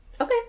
Okay